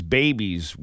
babies